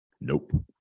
nope